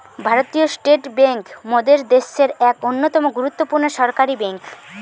ভারতীয় state bank মোদের দ্যাশের এক অন্যতম গুরুত্বপূর্ণ সরকারি বেঙ্ক